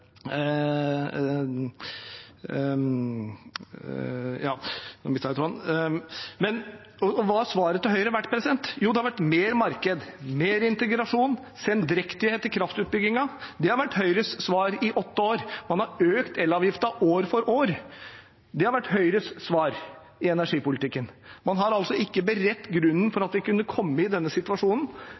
Hva har svaret til Høyre vært? Det har vært mer marked, mer integrasjon og sendrektighet i kraftutbyggingen. Dette har vært Høyres svar i åtte år. Man har økt elavgiften år for år. Det har vært Høyres svar i energipolitikken. Man har altså ikke beredt grunnen for at vi kunne komme i denne situasjonen